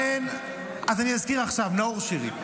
אז אני אזכיר עכשיו: נאור שירי.